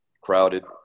Crowded